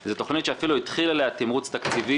זו תוכנית שאפילו התחיל עליה תמרוץ תקציבי,